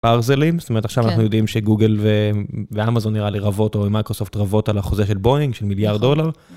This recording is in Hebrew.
ברזלים זאת אומרת עכשיו יודעים שגוגל ואמזון נראה לי רבות או מייקרוסופט רבות על החוזה של בואינג של מיליארד דולר.